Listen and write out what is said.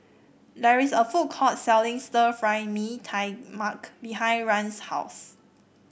there is a food court selling Stir Fry Mee Tai Mak behind Rahn's house